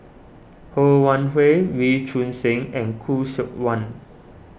Ho Wan Hui Wee Choon Seng and Khoo Seok Wan